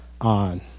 on